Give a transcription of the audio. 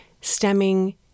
stemming